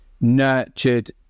nurtured